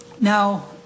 Now